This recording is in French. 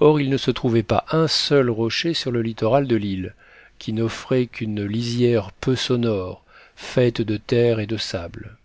or il ne se trouvait pas un seul rocher sur le littoral de l'île qui n'offrait qu'une lisière peu sonore faite de terre et de sable